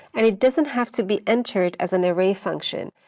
and it doesn't have to be entered as an array function.